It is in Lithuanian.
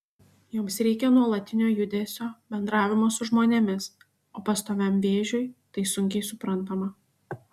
joms reikia nuolatinio judesio bendravimo su žmonėmis o pastoviajam vėžiui tai sunkiai suprantama